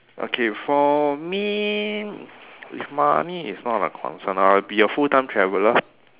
okay for me if money is not a concern I would be a full time traveller